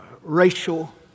racial